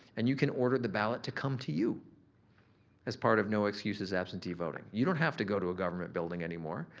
and you can order the ballot to come to you as part of no excuses absentee voting. you don't have to go to a government building anymore.